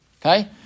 Okay